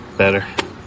Better